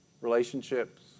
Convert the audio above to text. relationships